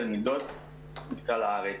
תלמידות מכלל הארץ.